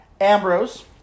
Ambrose